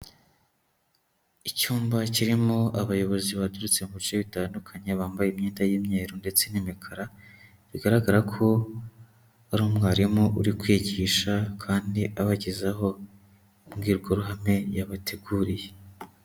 Icyumba kirimo abayobozi baturutse mu bice bitandukanye, bambaye imyenda y'umyeru ndetse n'imikara, bigaragara ko ari umwarimu uri kwigisha kandi abagezaho imbwirwaruhame yabateguriye.